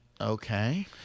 Okay